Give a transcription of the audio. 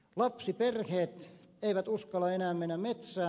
lapsiperheet eivät uskalla enää mennä metsään